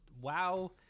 Wow